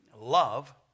Love